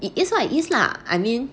it is what it is lah I mean